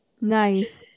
nice